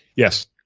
yes,